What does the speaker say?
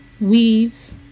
weaves